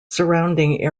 surrounding